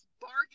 bargain